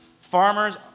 farmers